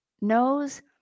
Knows